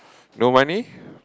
no money